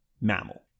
mammal